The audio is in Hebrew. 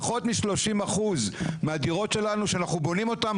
פחות מ-30% מהדירות שלנו שאנחנו בונים אותן,